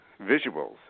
visuals